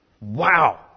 Wow